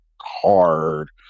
hard